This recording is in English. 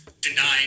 denying